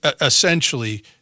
Essentially